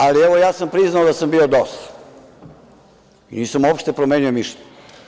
Ali, evo, ja sam priznao da sam bio DOS, nisam uopšte promenio mišljenje.